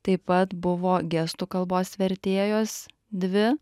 taip pat buvo gestų kalbos vertėjos dvi